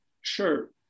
sure